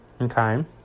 Okay